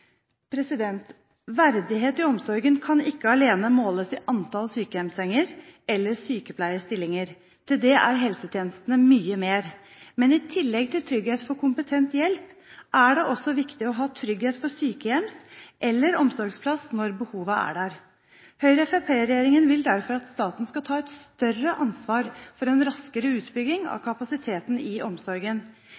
Verdighet i omsorgen kan ikke alene måles i antall sykehjemssenger eller sykepleierstillinger. Til det er helsetjenestene mye mer. Men i tillegg til trygghet for kompetent hjelp er det også viktig å ha trygghet for sykehjems- eller omsorgsplass når behovet er der. Høyre–Fremskrittsparti-regjeringen vil derfor at staten skal ta et større ansvar for en raskere utbygging av